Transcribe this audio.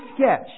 sketch